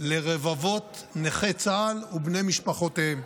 לרבבות נכי צה"ל ובני משפחותיהם.